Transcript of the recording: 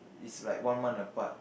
is like one month apart